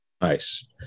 Nice